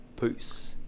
Peace